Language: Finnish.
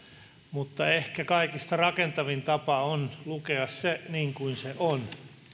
mutta ehkä kaikista rakentavin tapa on lukea se niin kuin se on